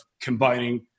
combining